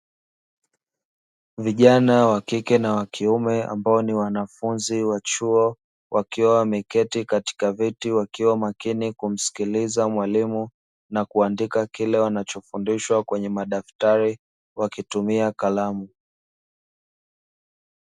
Vijana wa kike na wa kiume ambao ni wanafunzi wa chuo wakiwa wameketi katika viti, wakiwa makini kumsikiliza mwalimu na kuandika kile wanachofundishwa kwenye madaftari wakitumia kalamu.